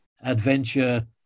adventure